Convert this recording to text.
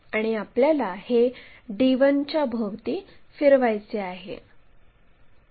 आणि आपल्याला हे d1 च्या भोवती फिरवायचे आहे